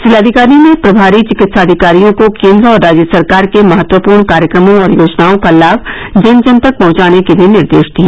जिलाधिकारी ने प्रभारी चिकित्साधिकारियों को केंद्र और राज्य सरकार के महत्वपूर्ण कार्यक्रमों और योजनाओं का लाभ जन जन तक पहुंचाने के भी निर्देश दिए